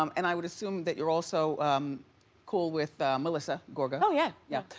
um and i would assume that you're also cool with melissa gorga. oh yeah, yeah.